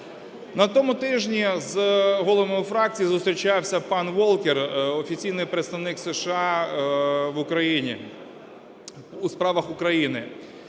На тому тижні з головами фракцій зустрічався пан Волкер – офіційний представник США в Україні у справах України,